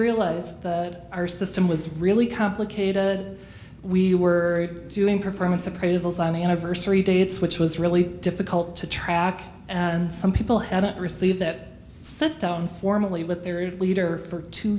realize our system was really complicated we were doing performance appraisals on the anniversary dates which was really difficult to track and some people hadn't received that sat down formally with their leader for two